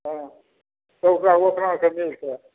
हँ तऽ ओकरा ओतनाके मिलतै